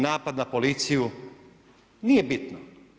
Napad na policiju, nije bitno.